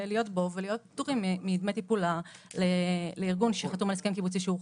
להיות בו ולהיות פטורים מדמי טיפול לארגון שחתום על הסכם קיבוצי שהורחב.